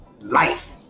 life